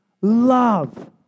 love